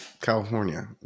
California